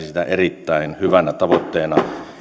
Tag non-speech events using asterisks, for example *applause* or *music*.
*unintelligible* sitä erittäin hyvänä tavoitteena